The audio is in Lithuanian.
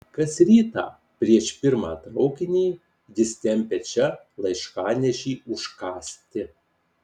kas rytą prieš pirmą traukinį jis tempia čia laiškanešį užkąsti